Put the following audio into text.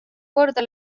korda